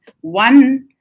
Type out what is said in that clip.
one